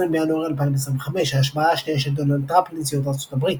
20 בינואר 2025 ההשבעה השנייה של דונלד טראמפ לנשיאות ארצות הברית.